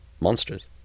monsters